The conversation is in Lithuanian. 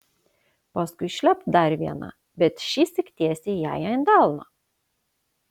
paskui šlept dar viena bet šįsyk tiesiai jai ant delno